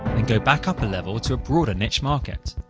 then go back up a level to a broader niche market.